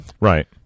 Right